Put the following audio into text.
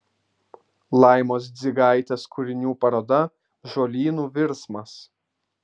laimos dzigaitės kūrinių paroda žolynų virsmas